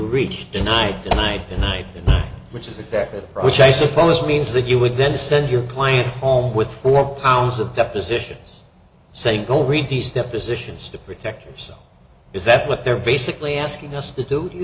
reached tonight tonight tonight which is effective which i suppose means that you would then send your client home with four pounds of depositions saying go read these depositions to protect yourself is that what they're basically asking us to do you